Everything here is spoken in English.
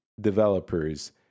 developers